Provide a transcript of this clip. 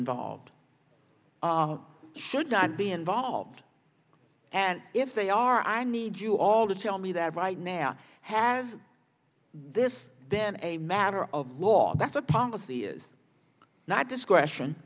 involved should not be involved and if they are i need you all to tell me that right now have this then a matter of law that's a policy is not discretion